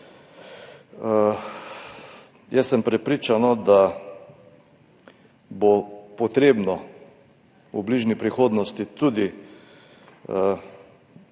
Jaz sem prepričan, da bo treba v bližnji prihodnosti